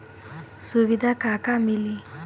सुविधा का का मिली?